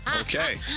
Okay